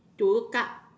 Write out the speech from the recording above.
to look up